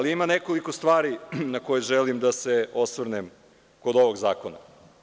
Ima nekoliko stvari na koje želim da se osvrnem kod ovog zakona.